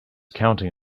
counting